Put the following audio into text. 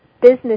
business